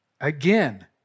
Again